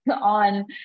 on